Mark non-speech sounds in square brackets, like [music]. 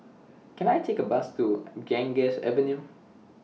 Can I Take A Bus to [noise] Ganges Avenue